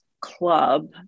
Club